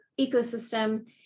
ecosystem